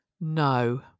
No